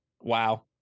wow